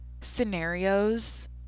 scenarios